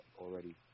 already